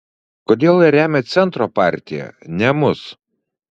kodėl jie remia centro partiją ne mus